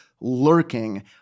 lurking